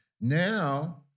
Now